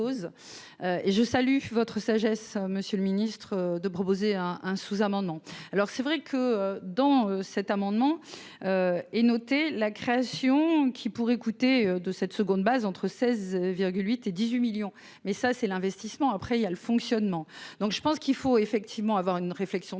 je salue votre sagesse, monsieur le Ministre, de proposer un un sous-amendement, alors c'est vrai que dans cet amendement et noté la création qui pourrait coûter de 7 secondes base entre 16 8 et 18 millions mais ça c'est l'investissement, après il y a le fonctionnement, donc je pense qu'il faut effectivement avoir une réflexion